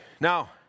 Now